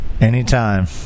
Anytime